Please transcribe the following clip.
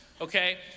okay